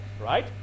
Right